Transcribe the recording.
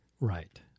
Right